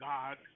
God